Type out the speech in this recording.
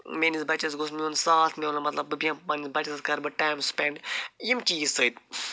میٛٲنِس بَچس گوٚژھ میون ساتھ مِلُن مطلب بہٕ بیٚہمہٕ پنٛنِس بَچس سۭتۍ کَرٕ بہٕ ٹایِم سٕپٮ۪نٛڈ یِم چیٖز سۭتۍ